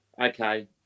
okay